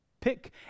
pick